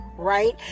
right